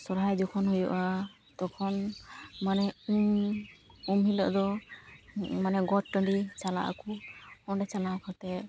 ᱥᱚᱨᱦᱟᱭ ᱡᱚᱠᱷᱚᱱ ᱦᱩᱭᱩᱜᱼᱟ ᱛᱚᱠᱷᱚᱱ ᱢᱟᱱᱮ ᱩᱢ ᱩᱢ ᱦᱤᱞᱳᱜ ᱫᱚ ᱢᱟᱱᱮ ᱜᱚᱴ ᱴᱟᱺᱰᱤ ᱪᱟᱞᱟᱜ ᱟᱠᱚ ᱚᱸᱰᱮ ᱪᱟᱞᱟᱣ ᱠᱟᱛᱮ